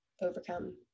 overcome